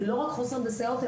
ולא רק חוסר בסייעות,